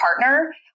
partner